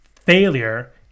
Failure